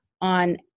on